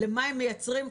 ראיתי מה הם מייצרים,